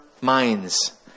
minds